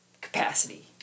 Capacity